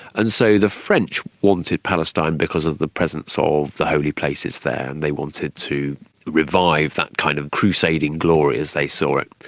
and so the french wanted palestine because of the presence of the holy places there, and they wanted to revive that kind of crusading glory, as they saw it.